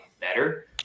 better